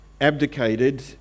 abdicated